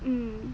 mm